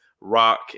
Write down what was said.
Rock